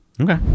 Okay